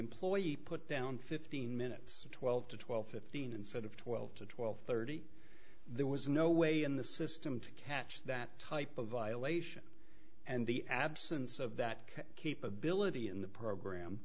employee put down fifteen minutes twelve to twelve fifteen instead of twelve to twelve thirty there was no way in the system to catch that type of violation and the absence of that capability in the program